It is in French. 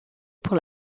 pour